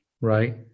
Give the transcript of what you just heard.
right